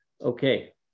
Okay